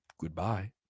Goodbye